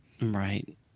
Right